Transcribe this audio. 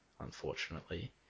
unfortunately